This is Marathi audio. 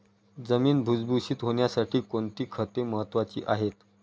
जमीन भुसभुशीत होण्यासाठी कोणती खते महत्वाची आहेत?